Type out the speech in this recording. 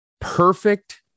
perfect